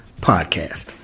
podcast